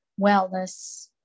wellness